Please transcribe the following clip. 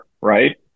Right